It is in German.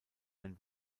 ein